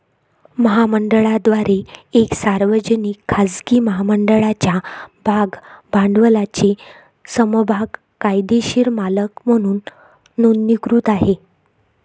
महामंडळाद्वारे एक सार्वजनिक, खाजगी महामंडळाच्या भाग भांडवलाचे समभाग कायदेशीर मालक म्हणून नोंदणीकृत आहे